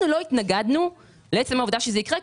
אנחנו לא התנגדנו לעצם העובדה שזה יקרה,